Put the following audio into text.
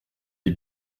les